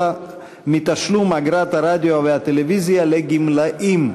מתשלום אגרת הרדיו והטלוויזיה לגמלאים.